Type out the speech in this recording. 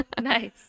Nice